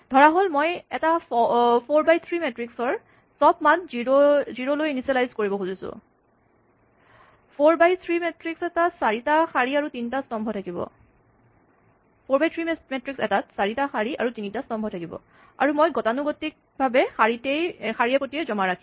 ধৰাহ'ল মই এটা ফ'ৰ বাই থ্ৰী মেট্ৰিক্স ৰ চব মান জিৰ' লৈ ইনিচিয়েলাইজ কৰিব খুজিছোঁ ফ'ৰ বাই থ্ৰী মেট্ৰিক্স এটাত চাৰিটা শাৰী আৰু তিনিটা স্তম্ভ থাকিব আৰু মই গতানুগতিকভাৱে শাৰীয়ে প্ৰতি জমা কৰিম